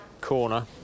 corner